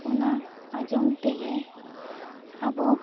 ᱚᱱᱟ ᱟᱸᱡᱚᱢ ᱛᱮᱜᱮ ᱟᱵᱚ